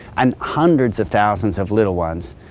and hundreds of thousands of little ones.